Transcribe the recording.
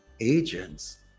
agents